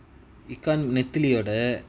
ikaan nethali யோட:yoda